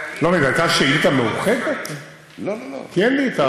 אני לא מבין,